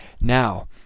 Now